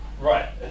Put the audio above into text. Right